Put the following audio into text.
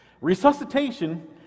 Resuscitation